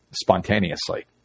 spontaneously